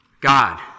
God